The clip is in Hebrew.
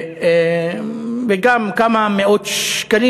וגם כמה מאות שקלים.